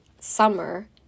summer